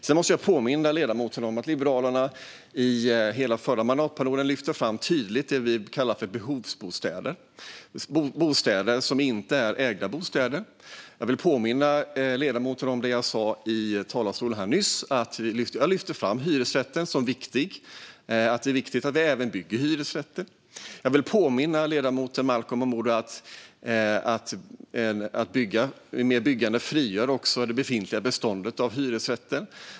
Sedan måste jag påminna ledamoten om att Liberalerna under hela förra mandatperioden tydligt lyfte fram det vi kallar för behovsbostäder, vilket inte är ägda bostäder. Jag vill påminna ledamoten om det jag sa i talarstolen nyss - jag lyfte fram hyresrätten som viktig och sa att det är viktigt att det även byggs hyresrätter. Jag vill påminna ledamoten Malcolm Momodou om att mer byggande frigör ett befintligt bestånd av hyresrätter.